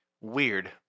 Weird